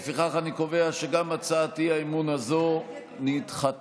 לפיכך אני קובע שגם הצעת האי-אמון הזאת נדחתה.